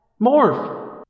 Morph